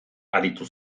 aritu